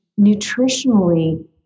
nutritionally